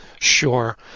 Sure